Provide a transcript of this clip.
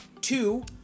Two